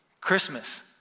Christmas